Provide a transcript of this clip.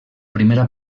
primera